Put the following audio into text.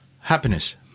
happiness